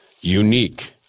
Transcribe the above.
unique